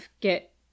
get